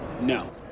No